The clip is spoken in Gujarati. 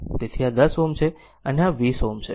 તેથી આ 10 Ω છે અને આ 20 Ω છે